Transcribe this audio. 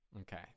Okay